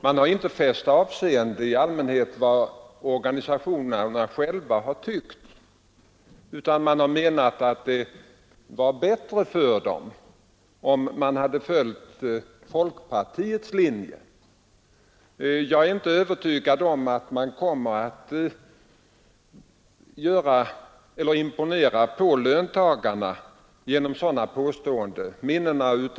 Man har i allmänhet inte fäst avseende vid vad organisationerna själva ansett, utan man har tyckt att det skulle vara bättre för dem om de följde folkpartiets linje. Jag är inte övertygad om att man kommer att imponera på löntagarna genom en sådan inställning.